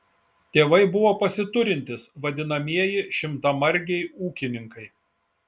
tėvai buvo pasiturintys vadinamieji šimtamargiai ūkininkai